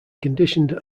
conditioned